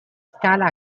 scala